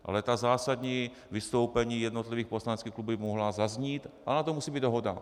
Ale ta zásadní vystoupení jednotlivých poslaneckých klubů by mohla zaznít a na to musí být dohoda.